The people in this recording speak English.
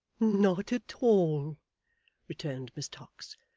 not at all returned miss tox.